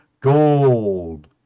gold